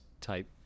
type